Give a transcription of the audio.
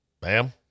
Bam